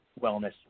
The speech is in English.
wellness